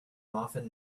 often